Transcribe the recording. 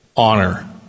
honor